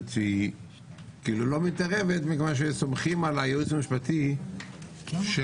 שהיא לא מתערבת מכיוון שסומכים על הייעוץ המשפטי של